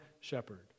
shepherd